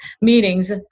meetings